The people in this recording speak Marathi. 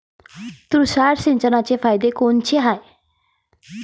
तुषार सिंचनाचे फायदे कोनचे हाये?